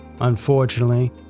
Unfortunately